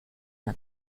una